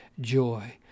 joy